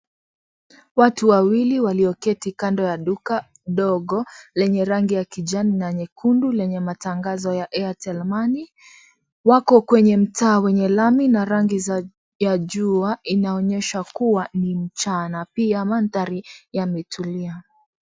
Watu wawili walioketi kando ya duka dogo lenye rangi ya kijani na nyekundu lenye matangazo ya Airtel Money . Wako kwenye mtaa wenye lami na rangi ya jua inaonyesha kuwa ni mchana , pia mandhari yametulia.